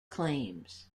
claims